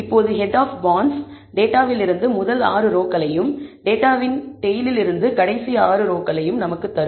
இப்போது head head of bonds டேட்டாவில் இருந்து முதல் 6 ரோக்களையும் டேட்டாவின் டெயிலில் இருந்து கடைசி 6 ரோக்களையும் நமக்குத் தரும்